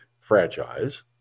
franchise